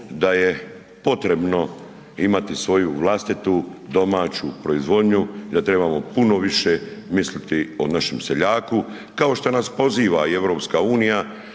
da je potrebno imati svoju vlastitu domaću proizvodnju i da trebamo puno više misliti o našem seljaku kao što nas poziva i Europska unija